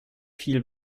viel